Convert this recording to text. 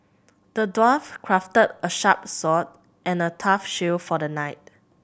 the dwarf crafted a sharp sword and a tough shield for the knight